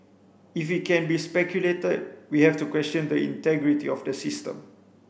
if it can be speculated we have to question the integrity of the system